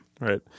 right